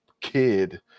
kid